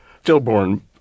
stillborn